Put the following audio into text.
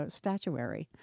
statuary